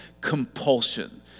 compulsion